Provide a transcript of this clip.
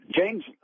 James